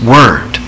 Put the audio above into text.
Word